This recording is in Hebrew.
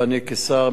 ואני כשר,